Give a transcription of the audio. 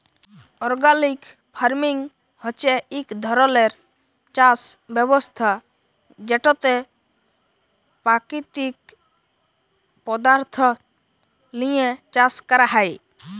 organic farming হছে ইক ধরলের চাষ ব্যবস্থা যেটতে পাকিতিক পদাথ্থ লিঁয়ে চাষ ক্যরা হ্যয়